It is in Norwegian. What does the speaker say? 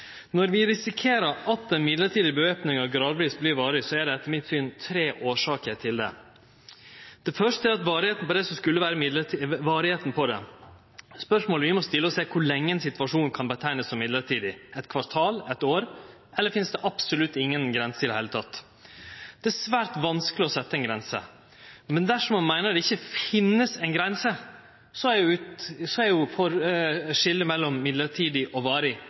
når mellombels ikkje lenger er mellombels, men har vorte permanent. Når vi risikerer at den mellombelse væpninga gradvis vert varig, er det etter mitt syn tre årsaker til det. Det første er varigheita. Spørsmålet vi må stille oss, er: Kor lenge kan ein situasjon kallast mellombels? Eit kvartal, eit år – eller finst det absolutt ingen grenser i det heile? Det er svært vanskeleg å setje ei grense. Dersom ein meiner at det ikkje finst ei grense, er skiljet mellom mellombels og varig